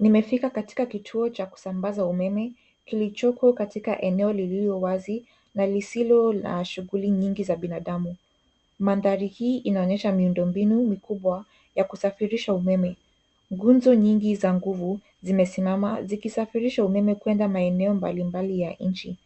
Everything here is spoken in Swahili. Nimefika katika kituo cha kusambaza umeme kilichoko katika eneo lililo wazi na lisilo na shughuli nyingi za binadamu. Mandhari hii inaoyesha miundo mbinu mkubwa ya kusafirisha umeme. Nguzo nyingi za nguvu zimesimama zikisafirisha umeme kwenda maeneo mbalimbali ya nchi.